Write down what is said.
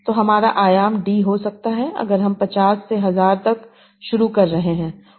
तो हमारा आयाम डी हो सकता है अगर हम 50 से 1000 तक शुरू कर रहे हैं